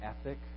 ethic